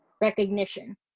Recognition